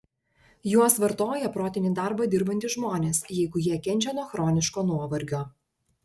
juos vartoja protinį darbą dirbantys žmonės jeigu jie kenčia nuo chroniško nuovargio